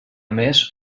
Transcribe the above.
més